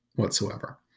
Whatsoever